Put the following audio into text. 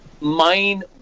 mind